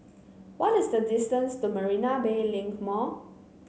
what is the distance to Marina Bay Link Mall